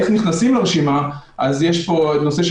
אולי זה המקום להכניס עוד שיקולים שצריכים